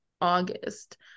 August